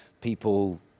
people